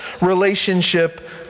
relationship